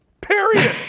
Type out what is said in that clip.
period